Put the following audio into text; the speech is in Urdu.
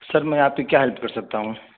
سر میں آپ کی کیا ہیلپ کر سکتا ہوں